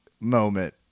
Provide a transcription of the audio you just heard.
moment